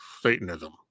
Satanism